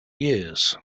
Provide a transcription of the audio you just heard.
years